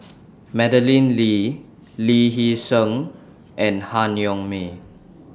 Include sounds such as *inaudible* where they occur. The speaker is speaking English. *noise* Madeleine Lee Lee Hee Seng and Han Yong May